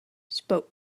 spoke